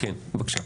כן, בבקשה.